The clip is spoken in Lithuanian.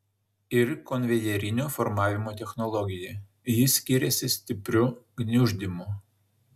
ir konvejerinio formavimo technologija ji skiriasi stipriu gniuždymu